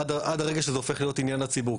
עד הרגע שזה הופך להיות עניין לציבור,